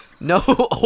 no